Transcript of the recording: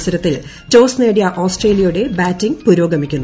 മത്സരത്തിൽ ടോസ് നേടിയ ഓസ്ട്രേലിയയുടെ ബാറ്റിംഗ് പുരോഗമിക്കുന്നു